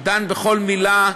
דן בכל מילה,